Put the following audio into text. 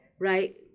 right